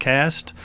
Cast